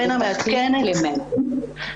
מנע מעדכנת את הנפגע